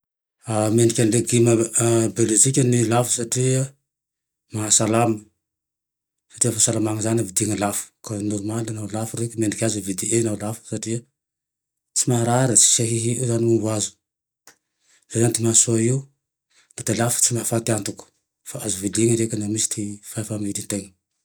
Mendrika ny legioma biôlôjika no lafo satria maha salama, satria fahasalamana zane vidiany lafo koa norimaly laha lafo reke, mendrik'azy e vidy e laha lafo satria tsy maharary tsy ahiahia ny ova azo. Zay zane ty mahasoa io na de lafo tsy maha faty antoky fa azo vily reke laha misy ty fahefa mivilin-tena.